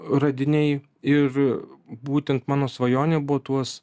radiniai ir būtent mano svajonė buvo tuos